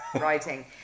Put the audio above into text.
Writing